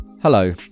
Hello